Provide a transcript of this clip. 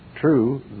True